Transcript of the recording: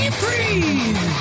free